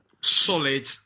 solid